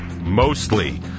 mostly